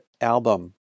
album